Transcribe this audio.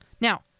Now